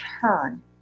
turn